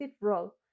role